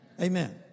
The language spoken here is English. Amen